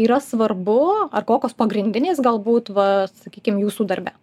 yra svarbu ar kokios pagrindinės galbūt va sakykim jūsų darbe